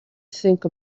think